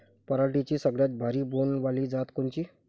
पराटीची सगळ्यात भारी बोंड वाली जात कोनची?